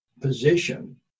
position